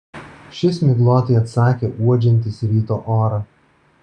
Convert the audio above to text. šis miglotai atsakė uodžiantis ryto orą